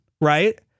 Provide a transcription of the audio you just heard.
right